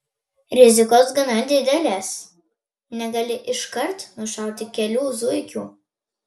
rizikos gana didelės negali iškart nušauti kelių zuikių